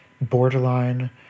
borderline